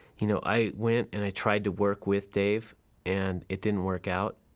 you know, i went and i tried to work with dave and it didn't work out.